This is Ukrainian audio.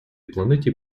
планеті